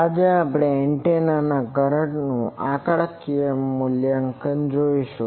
આજે આપણે એન્ટેના કરંટનું આંકડાકીય મૂલ્યાંકન જોશું